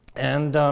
and